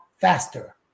faster